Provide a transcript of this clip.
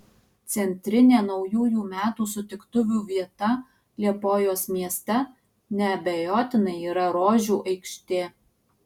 centrinė naujųjų metų sutiktuvių vieta liepojos mieste neabejotinai yra rožių aikštė